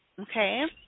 okay